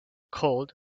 cold